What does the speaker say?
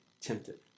tempted